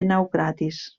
naucratis